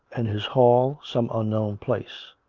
and his hall some unknown place.